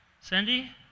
Cindy